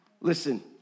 Listen